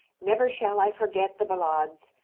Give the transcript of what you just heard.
never shall i forget the ballades,